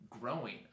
growing